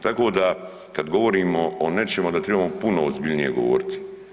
Tako da kad govorimo o nečemu onda tribamo puno ozbiljnije govoriti.